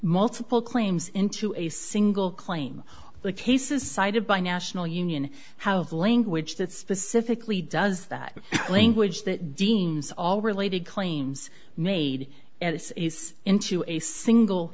multiple claims into a single claim the cases cited by national union how of language that specifically does that language that deems all related claims made at its base into a single